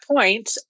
point